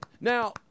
now